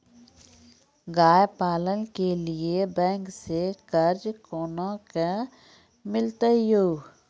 गाय पालन के लिए बैंक से कर्ज कोना के मिलते यो?